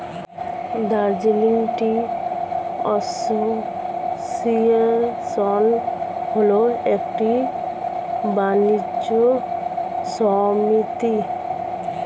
Darjeeling tea association হল একটি বাণিজ্য সমিতি